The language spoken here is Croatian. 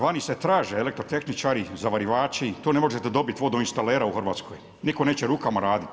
Vani se traže elektrotehničari, zavarivači, tu ne možete dobiti vodoinstalatera u Hrvatskoj, nitko neće rukama raditi.